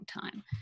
time